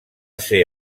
ser